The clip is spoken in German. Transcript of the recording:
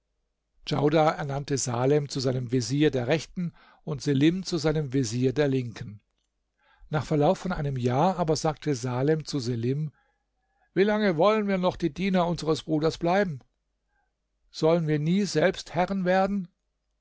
djaudar ernannte salem zu seinem vezier der rechten und selim zu seinem vezier der linken nach verlauf von einem jahr aber sagte salem zu selim wie lange wollen wir noch die diener unseres bruders bleiben sollen wir nie selbst herren werden